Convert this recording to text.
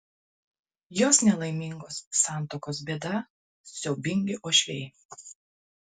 jos nelaimingos santuokos bėda siaubingi uošviai